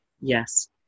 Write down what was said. yes